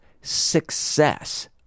success